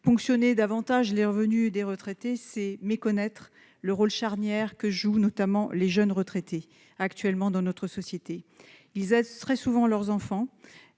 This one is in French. Ponctionner davantage les revenus des retraités, c'est méconnaître le rôle charnière que jouent, notamment, les jeunes retraités dans notre société. Ils aident très souvent leurs enfants,